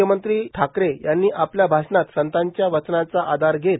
मख्यमंत्री ठाकरे यांनी आपल्या भाषणात संतांच्या वचनांचा आधार घेत